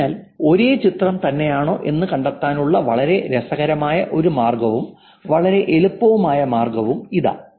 അതിനാൽ ഒരേ ചിത്രം തന്നെയാണോ എന്ന് കണ്ടെത്താനുള്ള വളരെ രസകരമായ ഒരു മാർഗ്ഗവും വളരെ എളുപ്പമുള്ള മാർഗ്ഗവും ഇതാ